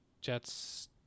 Jets